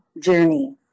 journey